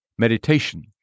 Meditation